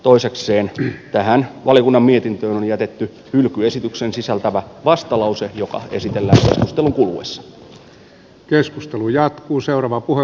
toisekseen tähän valiokunnan mietintöön on jätetty hylkyesityksen sisältävä vastalause joka esitellään keskustelun kuluessa